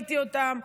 שראיתי אותם,